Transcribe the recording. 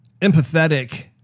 empathetic